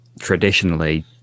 traditionally